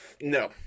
No